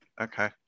Okay